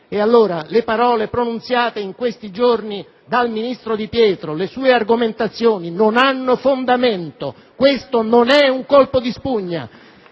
E allora le parole pronunciate in questi giorni dal ministro Di Pietro, le sue argomentazioni non hanno fondamento, questo non è un colpo di spugna!